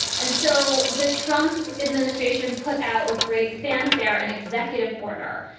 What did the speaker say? and so the trump administration put out with great fanfare an executive order.